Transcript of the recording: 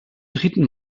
dritten